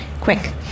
quick